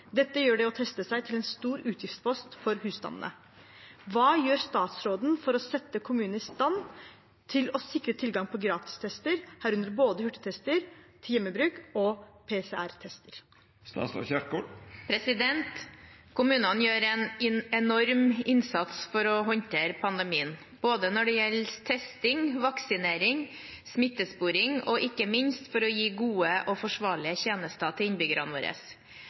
Dette gjør testing til en stor utgiftspost for folk. Hva gjøres for å sette kommunene i stand til å sikre tilgang på gratis tester, herunder både hurtigtester til hjemmebruk og PCR-tester?» Kommunene gjør en enorm innsats for å håndtere pandemien både når det gjelder testing, vaksinering og smittesporing, og ikke minst for å gi gode og forsvarlige tjenester til innbyggerne våre.